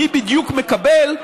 מי בדיוק מקבל,